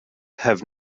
have